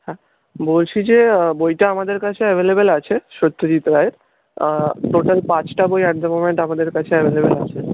হ্যাঁ বলছি যে বইটা আমাদের কাছে অ্যাভেলেবেল আছে সত্যজিৎ রায়ের টোটাল পাঁচটা বই অ্যাট দ্য মোমেন্ট আমাদের কাছে অ্যাভেলেবেল আছে